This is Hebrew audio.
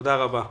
תודה רבה.